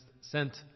sent